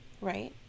right